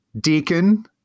deacon